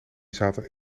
zaten